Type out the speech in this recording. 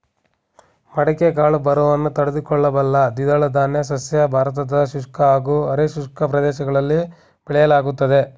ಮಡಿಕೆ ಕಾಳು ಬರವನ್ನು ತಡೆದುಕೊಳ್ಳಬಲ್ಲ ದ್ವಿದಳಧಾನ್ಯ ಸಸ್ಯ ಭಾರತದ ಶುಷ್ಕ ಹಾಗೂ ಅರೆ ಶುಷ್ಕ ಪ್ರದೇಶಗಳಲ್ಲಿ ಬೆಳೆಯಲಾಗ್ತದೆ